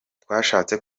twashatse